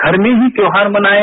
घर में ही त्योहार मनाएं